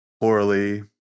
poorly